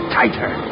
tighter